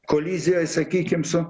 kolizijoj sakykim su